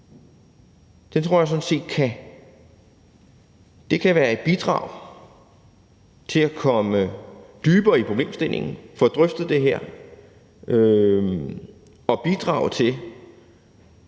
nu kommer, sådan set kan være et bidrag til at komme dybere ned i problemstillingen og få drøftet det her og bidrage til,